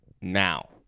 now